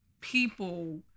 people